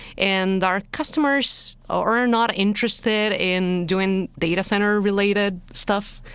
and our customers are not interested in doing data center related stuff.